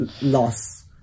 loss